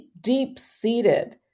deep-seated